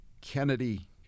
Kennedy